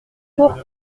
pour